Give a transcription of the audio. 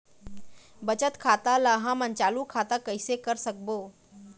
बचत खाता ला हमन चालू खाता कइसे कर सकबो?